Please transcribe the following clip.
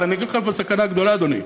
אבל אני אגיד לך איפה הסכנה הגדולה, אדוני.